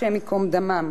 השם ייקום דמם.